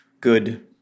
good